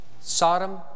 Sodom